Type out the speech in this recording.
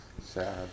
sad